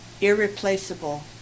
Irreplaceable